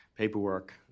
Paperwork